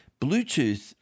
Bluetooth